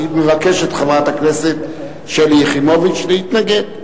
חברת הכנסת שלי יחימוביץ מבקשת להתנגד.